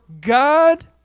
God